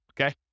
okay